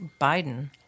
Biden